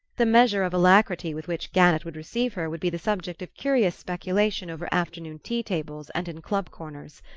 the measure of alacrity with which gannett would receive her would be the subject of curious speculation over afternoon-tea tables and in club corners.